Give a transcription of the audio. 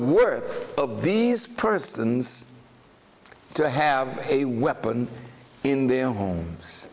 worth of these persons to have a weapon in their homes